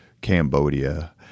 Cambodia